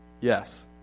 Yes